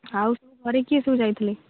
ଆଉ ଘରେ କିଏ ସବୁ ଯାଇଥିଲେ